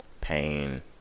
pain